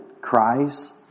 cries